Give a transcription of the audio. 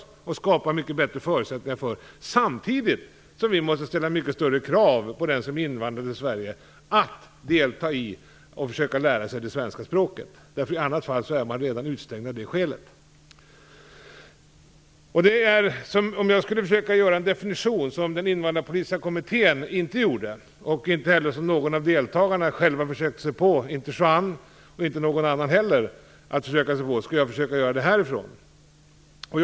Vi måste skapa mycket bättre förutsättningar för språkutveckling samtidigt som vi måste ställa större krav på dem som invandrar till Sverige när det gäller att försöka lära sig det svenska språket. I annat fall är de utestängda redan av det skälet. Jag skall försöka göra en definition. Det gjorde inte den invandrarpolitiska kommittén. Inte heller någon av deltagarna i den här debatten har försökt göra det, varken Juan Fonseca eller någon annan.